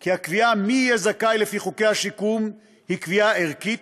כי הקביעה מי יהיה זכאי לפי חוקי השיקום היא קביעה ערכית,